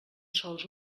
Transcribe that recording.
sols